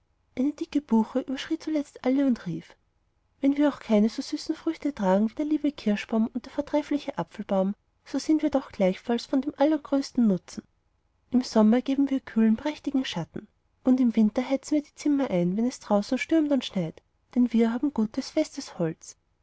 eine dicke buche überschrie zuletzt alle und rief wenn wir auch keine so süßen früchte tragen wie der liebe kirschbaum und der vortreffliche apfelbaum so sind wir doch gleichfalls von dem allergrößten nutzen im sommer geben wir kühlen prächtigen schatten und im winter heizen wir die zimmer ein wenn es draußen stürmt und schneit denn wir haben gutes festes holz